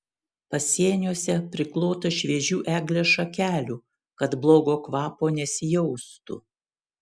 pasieniuose priklota šviežių eglės šakelių kad blogo kvapo nesijaustų